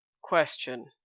question